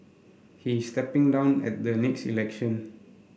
he is stepping down at the next election